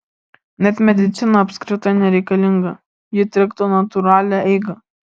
net medicina apskritai nereikalinga ji trikdo natūralią eigą